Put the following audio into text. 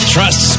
Trust